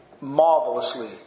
marvelously